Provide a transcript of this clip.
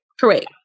Correct